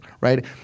right